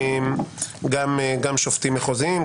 גם שופטים מחוזיים,